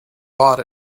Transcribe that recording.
bought